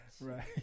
Right